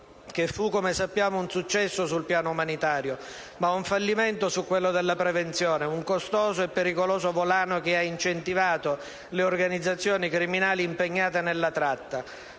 che fu - come sappiamo - un successo sul piano umanitario, ma un fallimento su quello della prevenzione e un costoso e pericoloso volano che ha incentivato le organizzazioni criminali impegnate nella tratta.